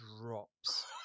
drops